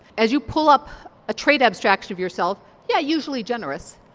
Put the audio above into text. as you pull up a trait abstract of yourself yeah, usually generous,